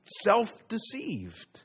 self-deceived